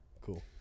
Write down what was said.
Cool